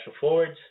forwards